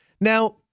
Now